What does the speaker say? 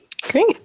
Great